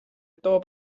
toob